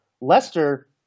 Leicester